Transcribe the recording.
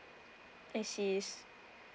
I see is